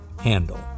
handle